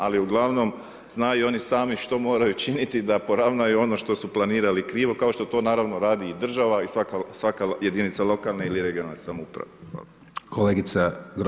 Ali uglavnom znaju oni sami što moraju činiti da poravnaju ono što su planirali krivo, kao što to naravno radi i država i svaka jedinica lokalne ili regionalne samouprave.